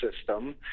system